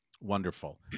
Wonderful